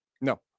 No